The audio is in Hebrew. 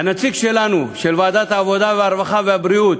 הנציג שלנו, של ועדת העבודה, הרווחה והבריאות,